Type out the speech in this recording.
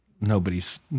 nobody's